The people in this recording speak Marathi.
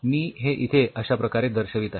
मी हे इथे अश्या प्रकारे दर्शवित आहे